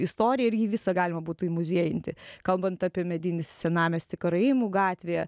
istoriją ir jį visą galima būtų įmuziejinti kalbant apie medinį senamiestį karaimų gatvėje